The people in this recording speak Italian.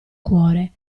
cuore